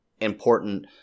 important